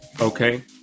okay